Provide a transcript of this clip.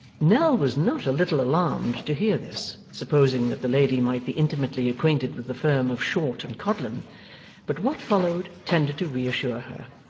nell was not a little alarmed to hear this, supposing that the lady might be intimately acquainted with the firm of short and codlin but what followed tended to reassure her.